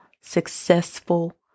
successful